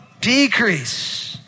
Decrease